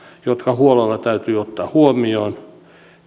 jotka huolella täytyy ottaa huomioon